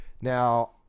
Now